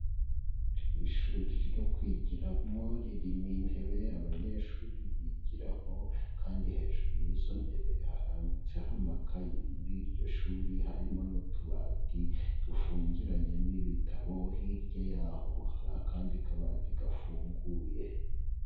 Ishuri ryo kwigiramo ririmo intebe abanyeshuri bigiramo kandi hejuru y'izo ntebe harambitseho amakaye, muri iryo shuri harimo n'utubati dufungiranyemo ibitabo, hirya y'aho hari akandi kabati gafunguye.